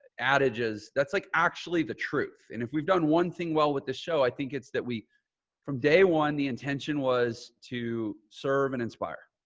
outages. that's like actually the truth. and if we've done one thing well with the show, i think it's that we from day one, the intention was to serve and inspire.